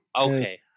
Okay